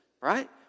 right